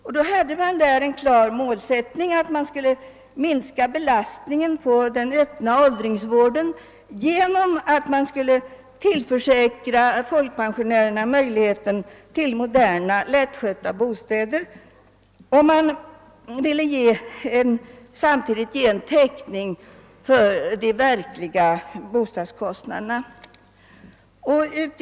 Man hade ett klart mål, nämligen att man skulle minska belastningen på den öppna åldringsvården genom att tillförsäkra folkpensionärerna möjligheten att få moderna, lättskötta bostäder. Samtidigt finge vederbörande täckning för de verkliga bostadskostnaderna.